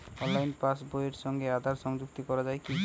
অনলাইনে পাশ বইয়ের সঙ্গে আধার সংযুক্তি করা যায় কি?